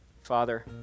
father